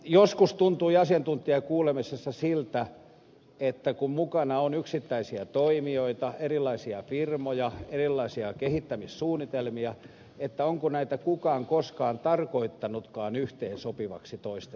joskus tuntui asiantuntijakuulemisessa siltä kun mukana on yksittäisiä toimijoita erilaisia firmoja erilaisia kehittämissuunnitelmia että onko näitä kukaan koskaan tarkoittanutkaan yhteensopiviksi toistensa kanssa